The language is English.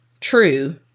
true